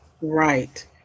Right